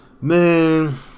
Man